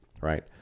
right